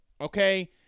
okay